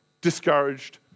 discouraged